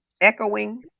echoing